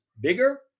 bigger